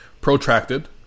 protracted